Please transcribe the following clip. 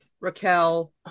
Raquel